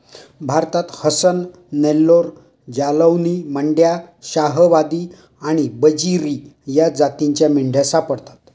भारतात हसन, नेल्लोर, जालौनी, मंड्या, शाहवादी आणि बजीरी या जातींच्या मेंढ्या सापडतात